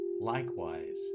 likewise